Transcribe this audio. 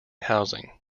housing